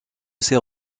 ces